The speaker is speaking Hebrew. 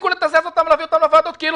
תפסיקו לתזז אותם ולהביא אותם לוועדות כאילו